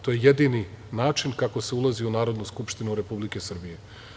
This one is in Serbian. To je jedini način kako se ulazi u Narodnu skupštinu Republike Srbije.